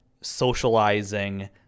socializing